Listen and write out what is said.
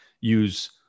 Use